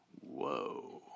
whoa